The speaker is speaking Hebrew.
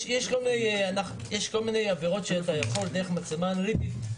יש כל מיני עבירות שאתה יכול לפענח דרך מצלמה אנליטית.